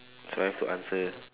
so I have to answer